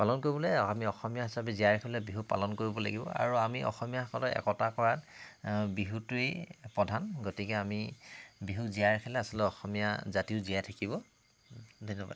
পালন কৰিবলৈ আমি অসমীয়া হিচাপে জীয়াই ৰাখিবলৈ বিহুক পালন কৰিব লাগিব আৰু আমি অসমীয়াসকলে একতা কৰাত বিহুটোৱেই প্ৰধান গতিকে আমি বিহুক জীয়াই ৰাখিলে আচলতে অসমীয়া জাতিটো জীয়াই থাকিব ধন্যবাদ